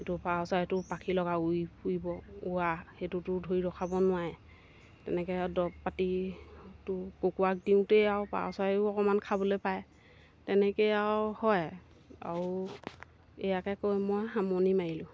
কিন্তু পাৰ চৰাইটো পাখি লাগা উৰি ফুৰিব উৰা সেইটোতো ধৰি ৰখাব নোৱাৰে তেনেকৈ আৰু দৰৱ পাতিতো কুকুৰাক দিওঁতেই আৰু পাৰ চৰায়েও অকণমান খাবলৈ পায় তেনেকৈয়ে আৰু হয় আৰু ইয়াকে কৈ মই সামৰণি মাৰিলোঁ